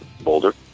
Boulder